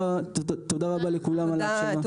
תודה רבה לכולם על ההקשבה.